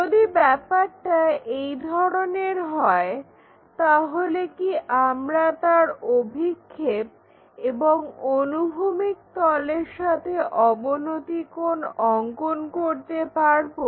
যদি ব্যাপারটা এই ধরনের হয় তাহলে কি আমরা তার অভিক্ষেপ এবং অনুভূমিক তলের সাথে অবনতি কোণ অঙ্কন করতে পারবো